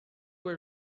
were